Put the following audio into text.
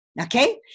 Okay